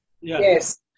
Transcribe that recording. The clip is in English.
Yes